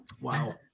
Wow